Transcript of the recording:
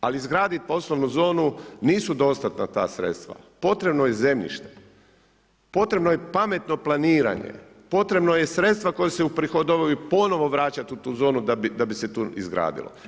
Ali, izraditi poslovnu zonu, nisu dostatna ta sredstva, potrebno je zemljište, potrebno je pametno planiranje, potrebno je sredstva koja se prihodovanju i ponovno vraćati u tu zonu da bi se tu izgradila.